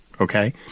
Okay